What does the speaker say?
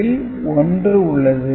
இதில் 1 உள்ளது